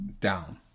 down